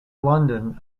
london